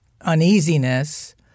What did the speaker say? uneasiness